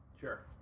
sure